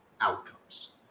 outcomes